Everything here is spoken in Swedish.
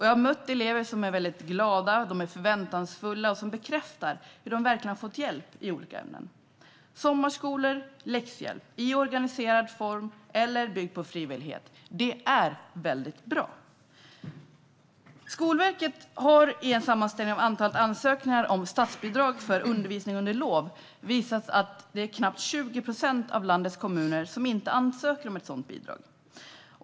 Jag har mött elever som är glada och förväntansfulla och som bekräftar att de verkligen har fått hjälp i olika ämnen. Sommarskolor och läxhjälp, i organiserad form eller byggd på frivillighet, är väldigt bra. Skolverket har i en sammanställning av antalet ansökningar om statsbidrag för undervisning under lov visat att knappt 20 procent av landets kommuner inte ansöker om sådant bidrag.